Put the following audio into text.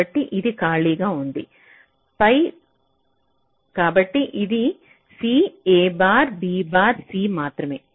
కాబట్టి ఇది ఖాళీగా ఉంది ఫై కాబట్టి ఇది c a bar b bar c మాత్రమే